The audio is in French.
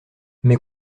mes